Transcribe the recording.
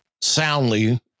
soundly